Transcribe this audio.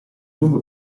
lungo